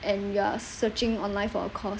and you're searching online for a course